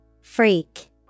Freak